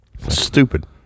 Stupid